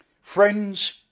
friends